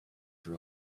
for